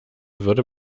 würde